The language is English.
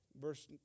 Verse